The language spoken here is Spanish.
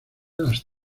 las